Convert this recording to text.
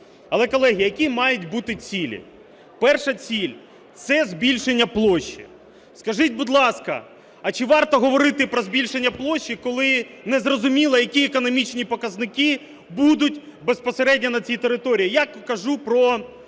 Але, колеги, які мають бути цілі? Перша ціль – це збільшення площі. Скажіть, будь ласка, а чи варто говорити про збільшення площі, коли незрозуміло, які економічні показники будуть безпосередньо на цій території. Я кажу про підключення